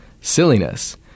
silliness